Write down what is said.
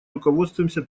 руководствуемся